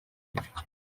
kicukiro